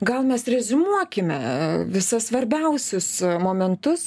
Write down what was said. gal mes reziumuokime visas svarbiausius momentus